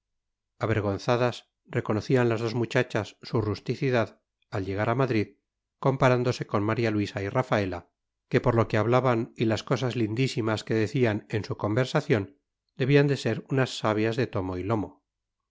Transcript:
avergonzadas reconocían las dos muchachas su rusticidad al llegar a madrid comparándose con maría luisa y rafaela que por lo que hablaban y las cosas lindísimas que decían en su conversación debían de ser unas sabias de tomo y lomo